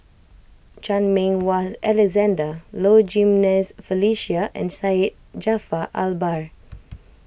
Chan Meng Wah Alexander Low Jimenez Felicia and Syed Jaafar Albar